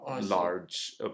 large